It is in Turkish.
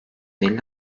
elli